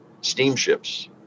steamships